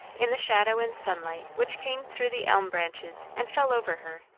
in the shadow and sunlight which came through the elm branches and fell over her,